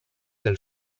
del